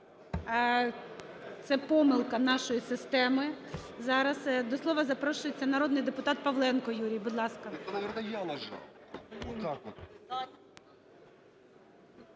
Це помилка нашої системи. Зараз. До слова запрошується народний депутат Павленко Юрій, будь ласка.